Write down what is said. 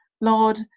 Lord